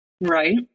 Right